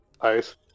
ice